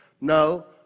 No